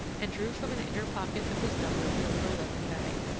and drew from an inner pocket of his doublet a little leather bag.